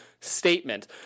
statement